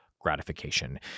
gratification